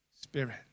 Spirit